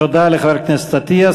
תודה לחבר הכנסת אטיאס.